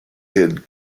head